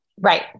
right